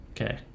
Okay